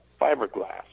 fiberglass